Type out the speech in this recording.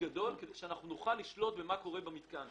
גדול כדי שנוכל לשלוט במה שקורה במתקן.